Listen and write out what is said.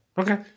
okay